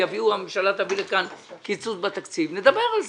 הממשלה תביא לכאן קיצוץ בתקציב ונדבר על זה.